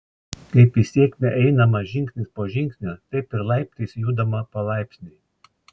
kaip į sėkmę einama žingsnis po žingsnio taip ir laiptais judama palaipsniui